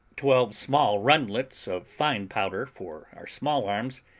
twelve small rundlets of fine powder for our small-arms,